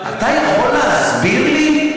אתה יכול להסביר לי,